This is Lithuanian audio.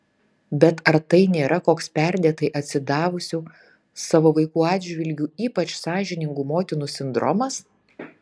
bet ar tai nėra koks perdėtai atsidavusių savo vaikų atžvilgiu ypač sąžiningų motinų sindromas